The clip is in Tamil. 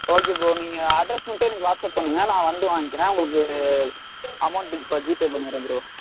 ஓகே ப்ரோ நீங்கள் அட்ரஸ் மட்டும் எனக்கு வாட்ஸ்ஆப் பண்ணுங்கள் நான் வந்து வாங்க்கிறேன் உங்களுக்கு அமௌண்ட் இது ப ஜிபே பண்ணிவிட்றேன் ப்ரோ